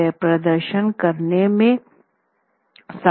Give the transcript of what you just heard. वह प्रदर्शन करने में सक्षम नहीं है